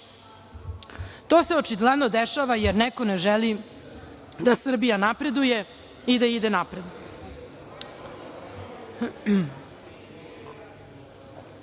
To se očigledno dešava, jer neko ne želi da Srbija napreduje i da ide napred. Ali,